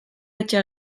etxe